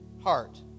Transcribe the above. heart